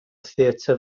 theatr